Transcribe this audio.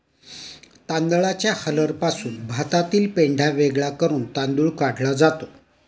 तांदळाच्या हलरपासून भातातील पेंढा वेगळा करून तांदूळ काढला जातो